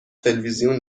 تلویزیون